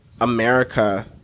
America